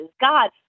God